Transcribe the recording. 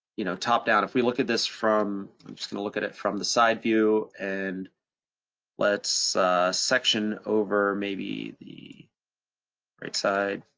you know, top down. if we look at this from, i'm just gonna look at it from the side view, and let's section over maybe the right side.